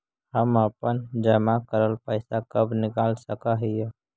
हम अपन जमा करल पैसा कब निकाल सक हिय?